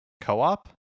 co-op